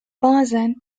bazen